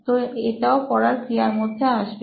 তো এটাও পড়ার ক্রিয়ার মধ্যে আসবে